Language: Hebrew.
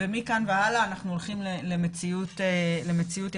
מכאן והלאה יכול להיות שאנחנו הולכים למציאות חדשה.